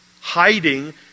Hiding